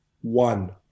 one